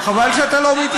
חבל שאתה לא שם לב,